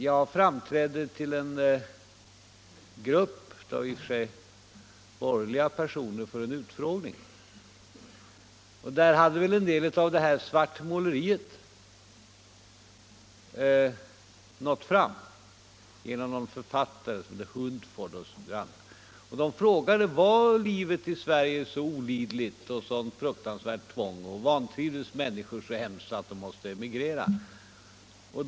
Jag framträdde inför en grupp av, visserligen i och för sig borgerliga, personer för en utfrågning. En del av dem hade väl nåtts av svartmåleriet, kanske genom någon författare — Huntford eller någon liknande — och de frågade om livet i Sverige är ett sådant olidligt och fruktansvärt tvång och om människor vantrivs så hemskt att de måste emigrera.